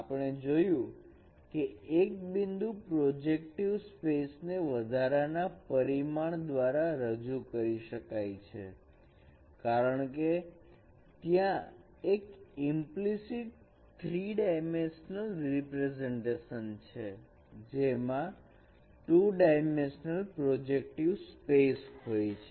આપણે જોયું કે એક બિંદુ પ્રોજેક્ટિવ સ્પેસ ને વધારાના પરિમાણ દ્વારા રજૂ કરી શકાય છે કારણ કે ત્યાં એક ઈમ્પ્લીસીટ 3 ડાયમેન્શનલ રીપ્રેઝન્ટેશન છે જેમાં 2 ડાયમેન્શનલ પ્રોજેક્ટિવ સ્પેસ હોય છે